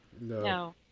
No